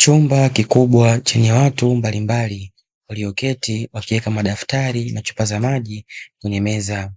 Chumba kikubwa chenye watu mbalimbali, walioketi wakiweka madaftari na chupa za maji kwenye meza.